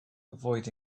avoid